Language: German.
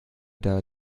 der